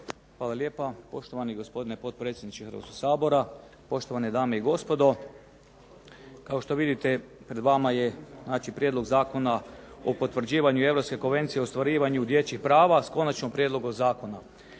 Hvala lijepa. Poštovani gospodine potpredsjedniče Hrvatskog sabora, poštovane dame i gospodo. Kao što vidite pred vama je znači Prijedlog Zakona o potvrđivanju Europske konvencije o ostvarivanju dječjih prava, s konačnim prijedlogom zakona.